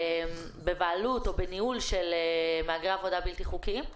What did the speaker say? שבבעלות או בניהול מהגרי עבודה בלתי חוקיים?